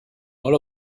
all